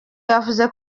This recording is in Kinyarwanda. yavuze